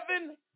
seven